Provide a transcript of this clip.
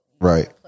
Right